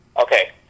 Okay